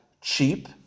cheap